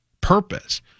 purpose—